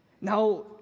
Now